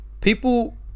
People